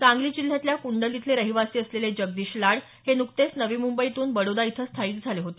सांगली जिल्ह्यातल्या कुंडल इथले रहिवासी असलेले जगदीश लाड हे नुकतेच नवी मुंबईतून बडोदा इथं स्थायिक झाले होते